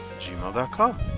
gmail.com